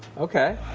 okay.